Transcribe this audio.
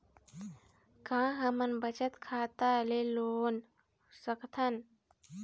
का हमन बचत खाता ले लोन सकथन?